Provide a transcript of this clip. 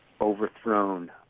overthrown